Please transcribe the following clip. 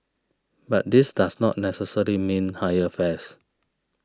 but this does not necessarily mean higher fares